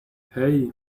hey